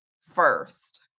first